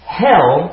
hell